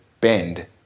bend